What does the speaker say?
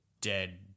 dead